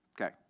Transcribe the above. Okay